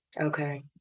okay